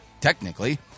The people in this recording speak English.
technically